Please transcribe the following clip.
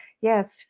yes